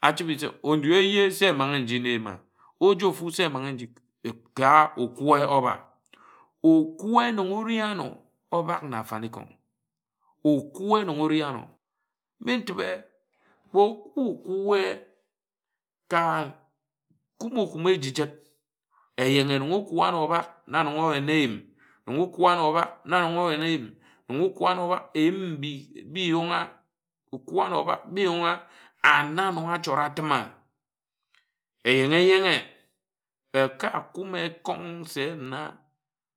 Achibe se odú éje se emanghe nji na eyima óor ofu se emanghe nji ka okwe óba okwe nnon ori āno obāk na afanikon̄. okwe nnon ori ano bi itibe kpe oku kwe ka kume okumi eji jid eyenghe nga okwa ano obāk na nnon eyina eyim nnon okwa ano obák eyim mbi bi iyun̄ a okwo ano obak bi iyun a and na nnon achort atima. Eyenghe eyenghe aka kume Ekon̄ se ayim na